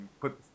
put